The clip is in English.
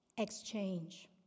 Exchange